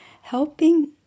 helping